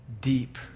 deep